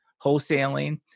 wholesaling